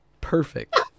Perfect